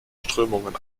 strömungen